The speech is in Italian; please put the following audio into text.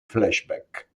flashback